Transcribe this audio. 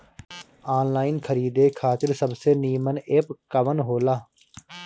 Online खरीदे खातिर सबसे नीमन एप कवन हो ला?